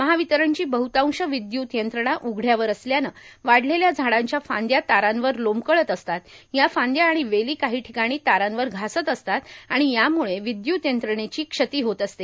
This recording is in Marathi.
महावितरणची बहृतांश विद्यु्त यंत्रणा उघडयावर असल्याने वाढलेल्या झाडांच्या फांद्या तारांवर लोंबकळत असतात या फ़ांद्या आणि वेली काही ठिकाणी तारांवर घासत असतात आणि यामुळे विद्युत यंत्रणेची क्षती होत असते